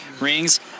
Rings